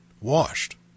washed